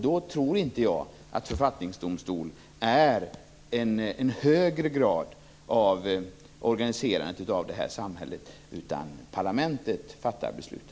Jag tror inte att en författningsdomstol innebär en högre grad av organiserande av detta samhället, utan parlamentet fattar besluten.